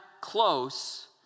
close